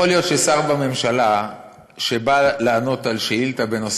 יכול להיות ששר בממשלה שבא לענות על שאילתה בנושא